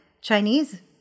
Chinese